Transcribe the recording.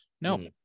no